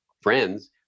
friends